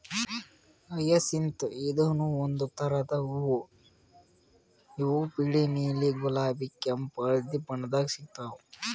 hyacinth ಇದೂನು ಒಂದ್ ಥರದ್ ಹೂವಾ ಇವು ಬಿಳಿ ನೀಲಿ ಗುಲಾಬಿ ಕೆಂಪ್ ಹಳ್ದಿ ಬಣ್ಣದಾಗ್ ಸಿಗ್ತಾವ್